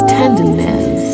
tenderness